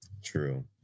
True